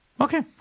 Okay